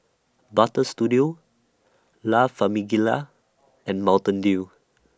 Butter Studio La Famiglia and Mountain Dew